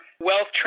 wealth